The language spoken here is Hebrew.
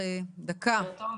בוקר טוב.